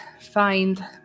find